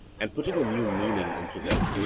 and putting a new meaning into them.